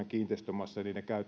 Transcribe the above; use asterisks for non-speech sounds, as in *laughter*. *unintelligible* kiinteistömassan